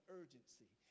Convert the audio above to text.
urgency